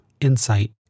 insight